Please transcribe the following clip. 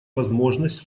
возможность